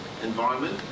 environment